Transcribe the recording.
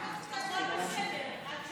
ניסים ואטורי, אינו נוכח.